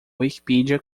wikipedia